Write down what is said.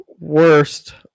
worst